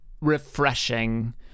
refreshing